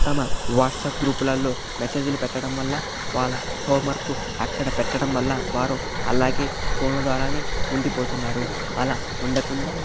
తమ వాట్సాప్ గ్రూపులలో మెసేజ్లు పెట్టడం వల్ల వాళ్ళ హోమ్వర్క్ అక్కడ పెట్టడం వల్ల వారు అలాగే ఫోన్ల ద్వారానే ఉండిపోతున్నారు అలా ఉండకుండా